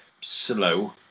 slow